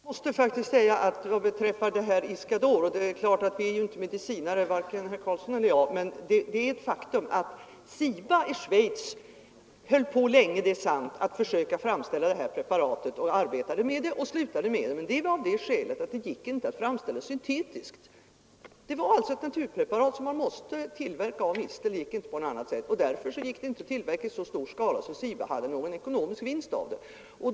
Herr talman! Varken herr Karlsson i Huskvarna eller jag är medicinare, men jag måste säga att CIBA i Schweiz höll på länge att framställa Iscador men slutade med produktionen av det skälet att det inte gick att framställa preparatet syntetiskt. Det var ett naturpreparat, som måste tillverkas av mistel — det gick inte på något annat sätt — och därför var det inte möjligt att tillverka det i så stor skala att CIBA hade någon ekonomisk vinst av det.